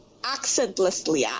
accentlessly